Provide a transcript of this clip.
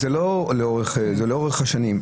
זה לאורך השנים,